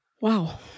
Wow